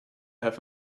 have